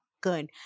good